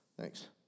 Thanks